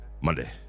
Monday